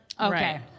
Okay